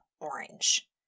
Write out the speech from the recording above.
orange